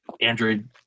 android